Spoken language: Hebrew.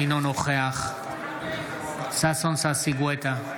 אינו נוכח ששון ששי גואטה,